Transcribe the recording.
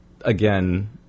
again